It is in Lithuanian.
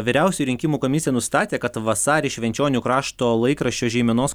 vyriausioji rinkimų komisija nustatė kad vasarį švenčionių krašto laikraščio žeimenos